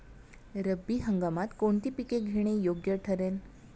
रब्बी हंगामात कोणती पिके घेणे योग्य ठरेल?